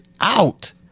out